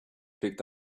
picked